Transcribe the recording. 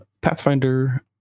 Pathfinder